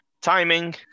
timing